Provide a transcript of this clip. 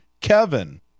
Kevin